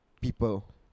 people